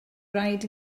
rhaid